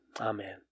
Amen